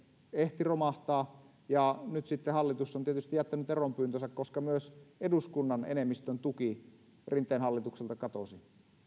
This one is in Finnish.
ehti romahtaa ja nyt sitten hallitus on tietysti jättänyt eronpyyntönsä koska myös eduskunnan enemmistön tuki rinteen hallitukselta katosi